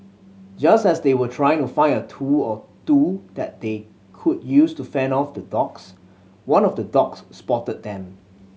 just as they were trying to find a tool or two that they could use to fend off the dogs one of the dogs spotted them